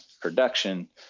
production